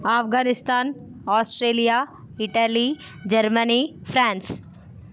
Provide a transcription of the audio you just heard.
Afghanistan Australia Italy Germany France